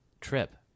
Trip